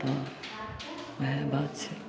तऽ वएह बात छै